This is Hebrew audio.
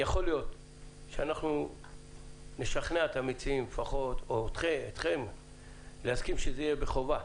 יכול להיות שנשכנע את המציעים לפחות או אתכם להסכים שזה יהיה בחובה